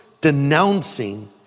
denouncing